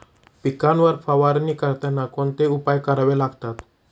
पिकांवर फवारणी करताना कोणते उपाय करावे लागतात?